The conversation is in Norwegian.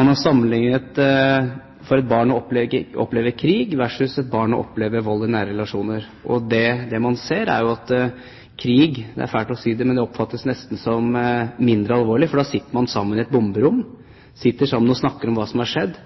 Man har sammenlignet hvordan det er for et barn å oppleve krig versus vold i nære relasjoner. Og det man ser, er at krig – det er fælt å si det – oppfattes nesten som mindre alvorlig, for da sitter man sammen i et bomberom og snakker om hva som har skjedd,